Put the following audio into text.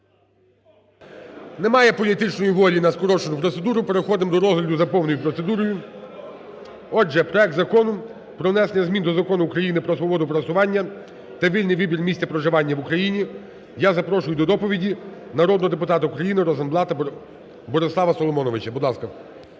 Немає політичної волі на скорочену процедуру. Переходимо до розгляду за повною процедурою. Отже, проект Закону про внесення змін до Закону України "Про свободу пересування та вільний вибір місця проживання в Україні". Я запрошую до доповіді народного депутата України Розенблата Борислава Соломоновича.